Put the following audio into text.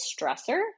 stressor